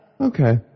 Okay